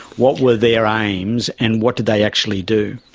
what were their aims and what did they actually do?